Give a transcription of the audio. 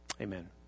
Amen